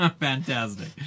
Fantastic